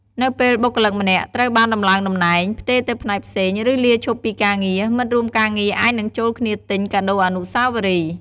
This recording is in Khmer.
នៅពេលបុគ្គលិកម្នាក់ត្រូវបានដំឡើងតំណែង ផ្ទេរទៅផ្នែកផ្សេង ឬលាឈប់ពីការងារ មិត្តរួមការងារអាចនឹងចូលគ្នាទិញ កាដូរអនុស្សាវរីយ៍។